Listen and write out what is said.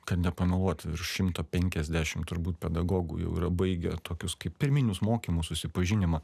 kad nepameluot šimtą penkiasdešim turbūt pedagogų jau yra baigę tokius kaip pirminius mokymus susipažinimą